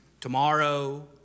tomorrow